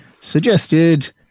suggested